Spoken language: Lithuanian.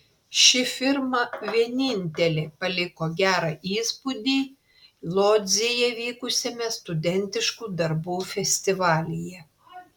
ši firma vienintelė paliko gerą įspūdį lodzėje vykusiame studentiškų darbų festivalyje